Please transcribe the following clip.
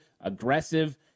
aggressive